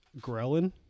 ghrelin